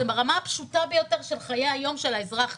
זה ברמה הפשוטה ביותר של חיי היום של האזרח,